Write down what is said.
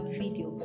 video